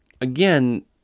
again